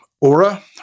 Aura